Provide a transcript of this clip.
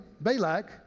Balak